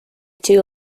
two